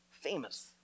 famous